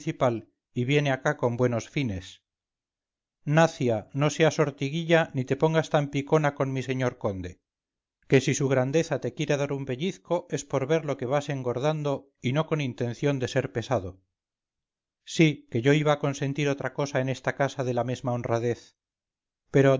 y viene acá con buenos fines nacia no seas ortiguilla ni te pongas tan picona con mi señor conde que si su grandeza te quiere dar un pellizco es por ver lo que vas engordando y no con intención de ser pesado sí que yo iba a consentir otra cosa en esta casa de la mesma honradez pero